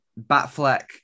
Batfleck